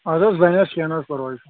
اَدٕ حظ بنہِ حظ کیٚنٛہہ نہَ حظ پَرواے چھُ